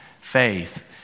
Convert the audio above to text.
faith